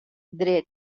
dret